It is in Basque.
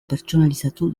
pertsonalizatu